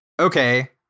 okay